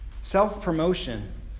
Self-promotion